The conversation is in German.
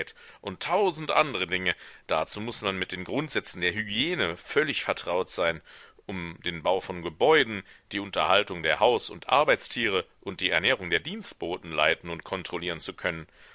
und tausend andre dinge dazu muß man mit den grundsätzen der hygiene völlig vertraut sein um den bau von gebäuden die unterhaltung der haus und arbeitstiere und die ernährung der dienstboten leiten und kontrollieren zu können